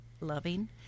loving